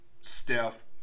Steph